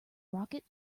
rocket